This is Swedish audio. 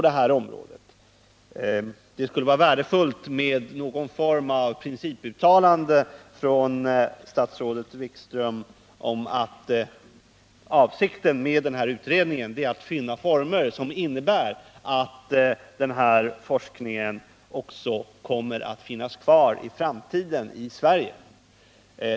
Det skulle emellertid vara värdefullt att få någon form av uttalande av statsrådet Wikström om att avsikten med utredningen är att finna former som innebär att också den här forskningen kommer att finnas kvar i framtiden i Sverige.